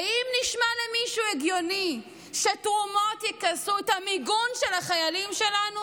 האם נשמע למישהו הגיוני שתרומות יכסו את המיגון של החיילים שלנו